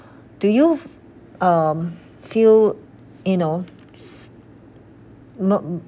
do you um feel you know